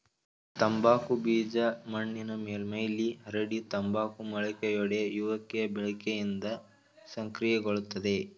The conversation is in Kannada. ತಂಬಾಕು ಬೀಜ ಮಣ್ಣಿನ ಮೇಲ್ಮೈಲಿ ಹರಡಿ ತಂಬಾಕು ಮೊಳಕೆಯೊಡೆಯುವಿಕೆ ಬೆಳಕಿಂದ ಸಕ್ರಿಯಗೊಳ್ತದೆ